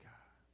God